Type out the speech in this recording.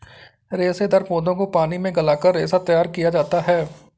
रेशेदार पौधों को पानी में गलाकर रेशा तैयार किया जाता है